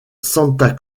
santa